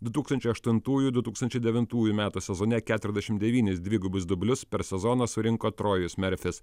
du tūkstančiai aštuntųjų du tūkstančiai devyntųjų metų sezone keturiasdešim devynis dvigubus dublius per sezoną surinko trojus merfis